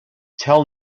tell